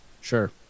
Sure